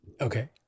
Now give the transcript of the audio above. Okay